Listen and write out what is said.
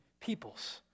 peoples